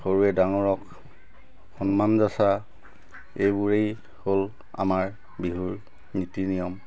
সৰুৱে ডাঙৰক সন্মান যচা এইবোৰেই হ'ল আমাৰ বিহুৰ নীতি নিয়ম